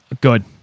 Good